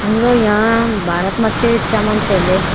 हाम्रो यहाँ भारतमा चाहिँ चिया मान्छेहरूले